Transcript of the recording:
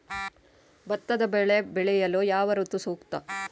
ಭತ್ತದ ಬೆಳೆ ಬೆಳೆಯಲು ಯಾವ ಋತು ಸೂಕ್ತ?